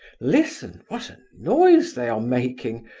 listen! what a noise they are making!